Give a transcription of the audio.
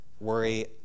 worry